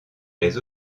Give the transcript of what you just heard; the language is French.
les